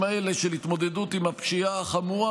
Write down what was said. האלה של התמודדות עם הפשיעה החמורה.